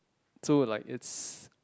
so like it's